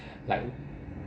like